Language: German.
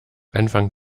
anfang